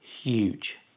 huge